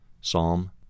Psalm